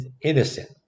innocent